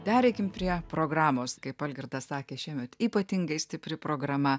pereikim prie programos kaip algirdas sakė šiemet ypatingai stipri programa